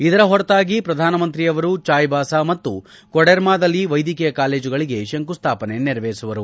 ಇದರ ಹೊರತಾಗಿ ಪ್ರಧಾನಮಂತ್ರಿಯವರು ಚಾಯ್ಬಾಸಾ ಮತ್ತು ಕೊಡೆರ್ಮದಲ್ಲಿ ವೈದ್ಯಕೀಯ ಕಾಲೇಜುಗಳಿಗೆ ಶಂಕುಸ್ಟಾಪನೆ ನೆರವೇರಿಸುವರು